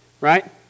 right